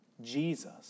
Jesus